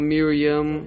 Miriam